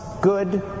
good